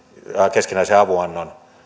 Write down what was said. keskinäisen avunannon